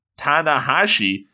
Tanahashi